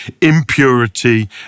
impurity